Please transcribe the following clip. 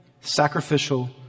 sacrificial